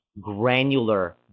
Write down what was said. granular